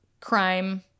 crime